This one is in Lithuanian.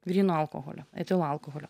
gryno alkoholio etilo alkoholio